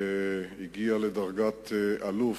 הגיע לדרגת אלוף,